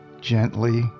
gently